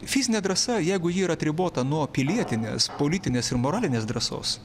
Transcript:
fizinė drąsa jeigu ji yra atribota nuo pilietinės politinės ir moralinės drąsos